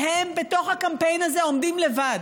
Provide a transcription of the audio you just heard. והן, בתוך הקמפיין הזה, עומדות לבד.